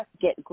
get